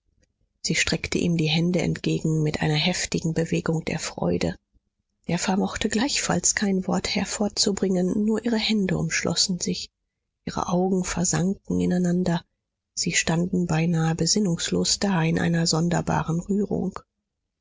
sie streckte ihm die hände entgegen mit einer heftigen bewegung der freude er vermochte gleichfalls kein wort hervorzubringen nur ihre hände umschlossen sich ihre augen versanken ineinander sie standen beinahe besinnungslos da in einer sonderbaren rührung